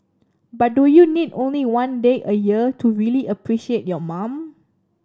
but do you need only one day a year to really appreciate your mom